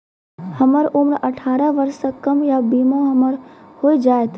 हमर उम्र अठारह वर्ष से कम या बीमा हमर हो जायत?